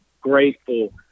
grateful